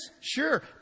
Sure